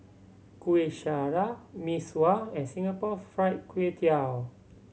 Kuih Syara Mee Sua and Singapore Fried Kway Tiao